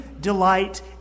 delight